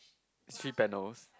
it's three panels